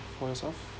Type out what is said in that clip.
for yourself